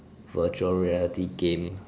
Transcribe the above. virtual reality game